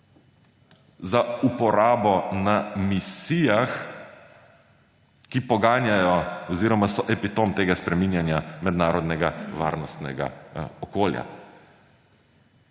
za uporabo na misijah, ki poganjajo oziroma so epitom tega spreminjanja mednarodnega varnostnega okolja.